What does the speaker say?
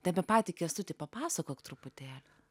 tai apie patį kęstutį papasakok truputėlį